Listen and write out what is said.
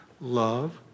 Love